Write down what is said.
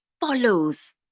follows